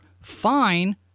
Fine